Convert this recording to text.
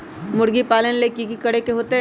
मुर्गी पालन ले कि करे के होतै?